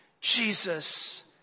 Jesus